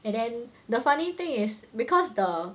and then the funny thing is because the